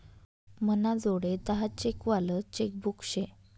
मनाजोडे दहा चेक वालं चेकबुक शे